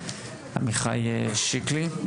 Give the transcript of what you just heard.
עמיחי שיקלי.